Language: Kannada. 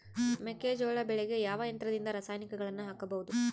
ಮೆಕ್ಕೆಜೋಳ ಬೆಳೆಗೆ ಯಾವ ಯಂತ್ರದಿಂದ ರಾಸಾಯನಿಕಗಳನ್ನು ಹಾಕಬಹುದು?